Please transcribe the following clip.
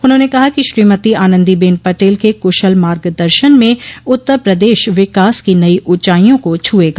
उन्होंने कहा कि श्रीमती आनन्दी बेन पटेल के कुशल मार्ग दर्शन में उत्तर प्रदेश विकास की नई ऊँचाईयों को छुएगा